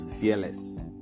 fearless